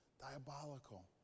Diabolical